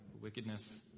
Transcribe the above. wickedness